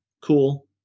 cool